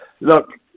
Look